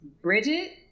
Bridget